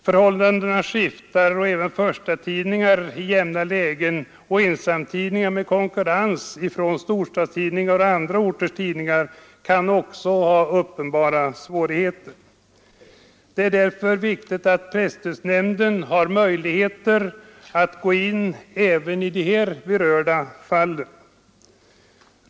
Förhållandena skiftar och även förstatidningar i jämna lägen och ensamtidningar med konkurrens från storstadstidningar och andra orters tidningar kan ha uppenbara svårigheter. Det är därför viktigt att presstödsnämnden har möjlighet att gå in även i de här berörda fallen.